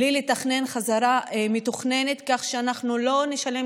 בלי לתכנן חזרה מתוכננת כך שאנחנו לא נשלם